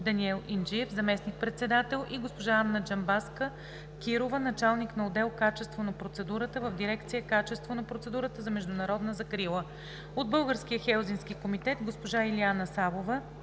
Даниел Инджиев – заместник-председател, и госпожа Анна Джамбазка-Кирова – началник на отдел „Качество на процедурата“ в дирекция „Качество на процедурата за международна закрила“; от Българския хелзинкски комитет: госпожа Илиана Савова